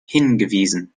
hingewiesen